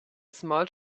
small